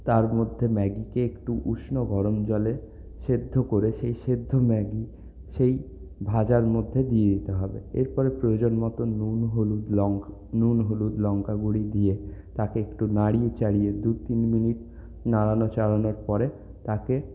তার মধ্যে ম্যাগিকে একটু উষ্ণ গরম জলে সেদ্ধ করে সেই সেদ্ধ ম্যাগি সেই ভাজার মধ্যে দিয়ে দিতে হবে এরপরে প্রয়োজন মতো নুন হলুদ লঙ্ক নুন হলুদ লঙ্কা গুঁড়ি দিয়ে তাকে একটু নাড়িয়ে চাড়িয়ে দু তিন মিনিট নাড়ানো চাড়ানোর পরে তাকে